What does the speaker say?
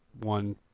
one